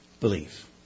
believe